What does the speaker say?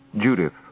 Judith